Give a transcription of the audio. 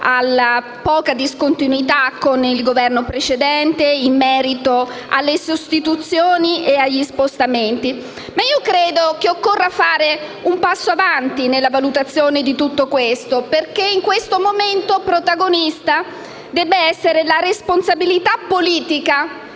dalla poca discontinuità con il Governo precedente in merito alle sostituzioni e agli spostamenti. Credo che occorra fare un passo avanti nella valutazione di tutto questo, perché in questo momento deve essere protagonista la responsabilità politica,